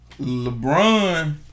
LeBron